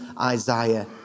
Isaiah